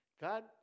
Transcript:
God